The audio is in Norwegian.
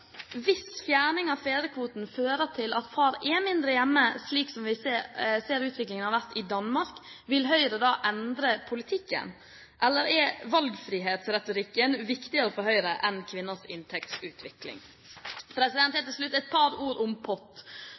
Hvis fjerning av fedrekvoten fører til at far er mindre hjemme, slik vi ser utviklingen har vært i Danmark, vil Høyre da endre politikken, eller er valgfrihetsretorikken viktigere for Høyre enn kvinners inntektsutvikling? Helt til slutt et par ord om pott.